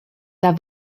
der